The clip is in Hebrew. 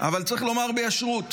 אבל צריך לומר בישרוּת